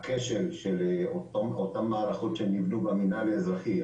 הכשל של אותן מערכות שנבנו במינהל האזרחי,